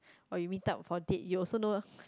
or you meet up for date you also know